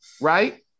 right